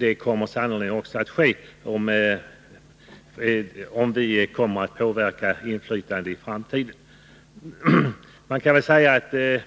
Det kommer sannolikt att ske också i framtiden om vi får ha inflytande.